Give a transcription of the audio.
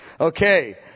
Okay